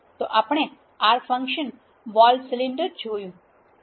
તો આપણે R function wall cylinder જોયું છે